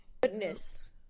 goodness